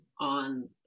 on